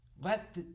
Let